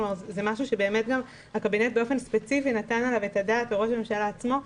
זה משהו שהקבינט באופן ספציפי נתן עליו את הדעת וכך גם ראש הממשלה עצמו.